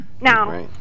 Now